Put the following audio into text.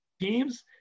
teams